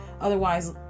Otherwise